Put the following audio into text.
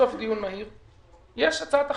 שבסוף דיון מהיר יש הצעת החלטה.